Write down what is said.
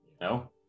No